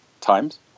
times